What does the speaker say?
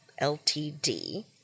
LTD